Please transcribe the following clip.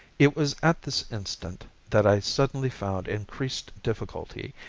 it was at this instant that i suddenly found increased difficulty,